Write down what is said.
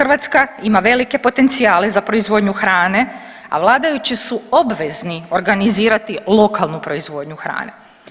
Hrvatska ima velike potencijale za proizvodnju hrane, a vladajući su obvezni organizirati lokalnu proizvodnju hrane.